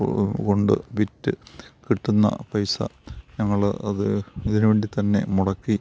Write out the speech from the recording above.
കൊണ്ട് വിറ്റ് കിട്ടുന്ന പൈസ ഞങ്ങൾ അത് ഇതിന് വേണ്ടിത്തന്നെ മുടക്കി